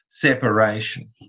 separation